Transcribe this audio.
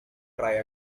try